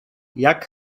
jak